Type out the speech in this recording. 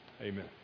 Amen